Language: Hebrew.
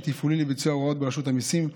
תפעולי לביצוע ההוראות ברשות המיסים,